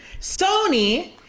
sony